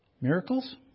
Miracles